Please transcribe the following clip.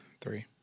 three